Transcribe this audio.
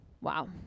Wow